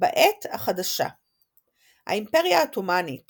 בעת החדשה האימפריה העות'מאנית